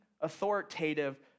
authoritative